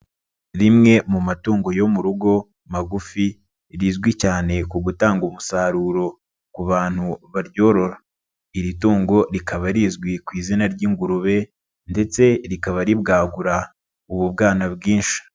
Rimwe mu matungo yo mu rugo magufi rizwi cyane ku gutanga umusaruro ku bantu baryorora. Iri tungo rikaba rizwi ku izina ry'ingurube ndetse rikaba ribwagura ubu bwana bwinshi.